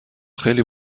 خیلی